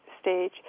stage